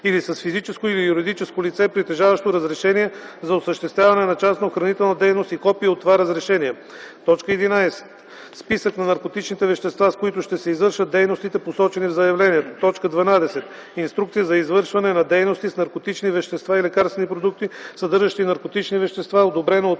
или с физическо или юридическо лице, притежаващо разрешение за осъществяване на частна охранителна дейност, и копие от това разрешение; 11. списък на наркотичните вещества, с които ще се извършват дейностите, посочени в заявлението; 12. инструкция за извършване на дейности с наркотични вещества и лекарствени продукти, съдържащи наркотични вещества, одобрена от